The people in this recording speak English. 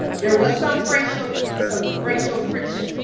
there was some racial some racial friction,